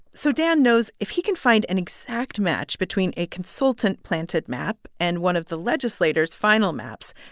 so dan knows if he can find an exact match between a consultant-planted map and one of the legislators' final maps,